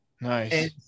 Nice